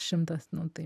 šimtas nu tai